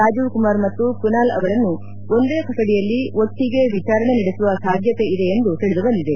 ರಾಜೀವ್ಕುಮಾರ್ ಮತ್ತು ಕುನಾಲ್ ಅವರನ್ನು ಒಂದೇ ಕೊಠಡಿಯಲ್ಲಿ ಒಟ್ಟಿಗೆ ವಿಚಾರಣೆ ನಡೆಸುವ ಸಾಧ್ಯತೆಯಿದೆ ಎಂದು ತಿಳಿದುಬಂದಿದೆ